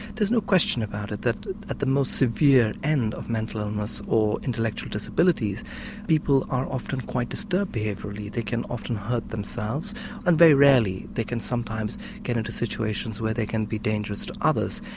there's no question about it that at the most severe end of mental illness or intellectual disabilities people are often quite disturbed behaviourally, they can often hurt themselves and very rarely they can sometimes get into situations where they can be dangerous to others.